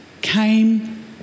came